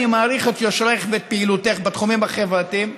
אני מעריך את יושרך ואת פעילותך בתחומים החברתיים.